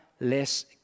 less